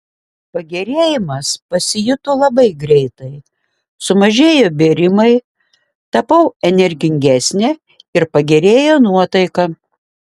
pagerėjimas pasijuto labai greitai sumažėjo bėrimai tapau energingesnė ir pagerėjo nuotaika